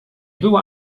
była